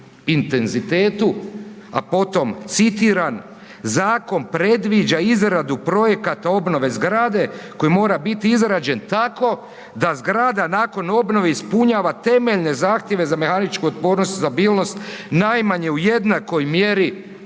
a potom citiram „Zakon predviđa izradu projekata obnove zgrade koji mora biti izrađen tako da zgrada nakon obnove ispunjava temeljne zahtjeve za mehaničku otpornost i stabilnost najmanje u jednakoj mjeri